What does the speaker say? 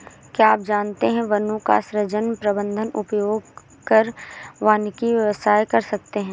क्या आप जानते है वनों का सृजन, प्रबन्धन, उपयोग कर वानिकी व्यवसाय कर सकते है?